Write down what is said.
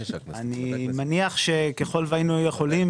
אני מניח שככל והיינו יכולים,